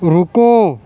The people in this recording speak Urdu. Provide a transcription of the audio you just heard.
رکو